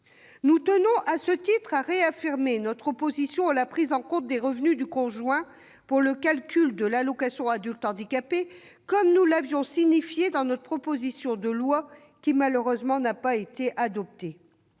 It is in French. Nous tenons à réaffirmer notre opposition à la prise en compte des revenus du conjoint pour le calcul de l'AAH, comme nous l'avions signifié dans notre proposition de loi qui, malheureusement, n'a pas été adoptée.